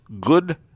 good